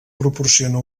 proporciona